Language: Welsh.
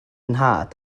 nhad